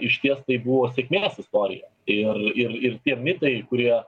išties tai buvo sėkmės istorija ir ir ir tie mitai kurie